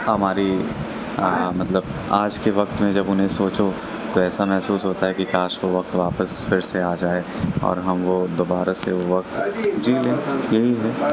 ہماری مطلب آج کے وقت میں جب انہیں سوچو تو ایسا محسوس ہوتا ہے کہ کاش وہ وقت واپس پھر سے آ جائے اور ہم وہ دوبارہ سے وقت جی لیں یہی ہے